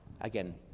again